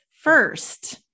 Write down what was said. first